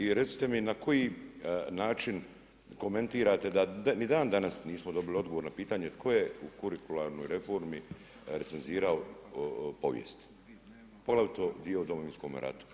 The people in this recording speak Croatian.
I recite mi na koji način komentirate da ni dan danas nismo dobili odgovor na pitanje, tko je u kurikularnoj reformi recenzirao povijest, poglavito dio o Domovinskome ratu.